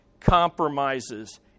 compromises